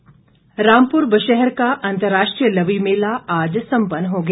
लवी रामपुर बुशैहर का अंतर्राष्ट्रीय लवी मेला आज सम्पन्न हो गया